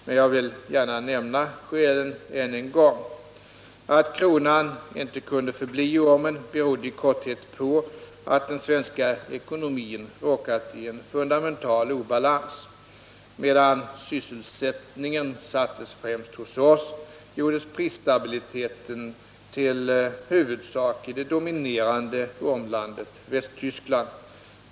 Men jag vill gärna nämna skälen ännu en gång. Att kronan ej kunde förbli i ormen berodde i korthet på, att den svenska ekonomin råkat i en fundamental obalans. Medan sysselsättningen sattes främst hos oss, gjordes prisstabiliteten till huvudsak i det dominerande ormlandet Västtyskland.